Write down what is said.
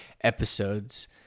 episodes